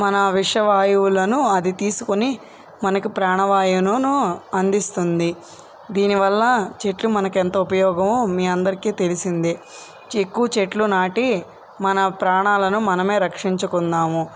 మన విషవాయువులను అది తీసుకుని మనకు ప్రాణవాయును అందిస్తుంది దీనివల్ల చెట్లు మనకు ఎంతో ఉపయోగం మీ అందరికి తెలిసింది ఎక్కు చెట్లు నాటి మన ప్రాణాలను మనమే రక్షించుకుందాము